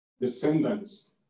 descendants